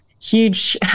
huge